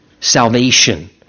Salvation